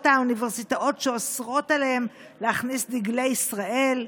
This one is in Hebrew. האוניברסיטאות שאוסרות עליהם להכניס דגלי ישראל.